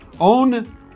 Own